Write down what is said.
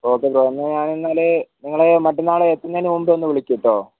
okay bro എന്നാൽ ഞാനിന്നാല് നിങ്ങളെ മറ്റന്നാളേ എത്തുന്നതിന് മുമ്പേ ഒന്ന് വിളിക്കൂട്ടോ